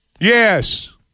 Yes